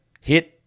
Hit